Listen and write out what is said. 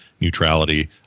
neutrality